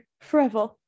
forever